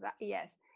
yes